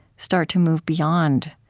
start to move beyond